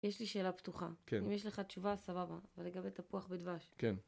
יש לי שאלה פתוחה, אם יש לך תשובה סבבה, אבל לגבי תפוח בדבש